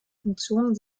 funktionen